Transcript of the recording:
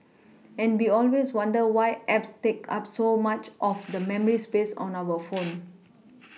and we always wonder why apps take up so much of the memory space on our phone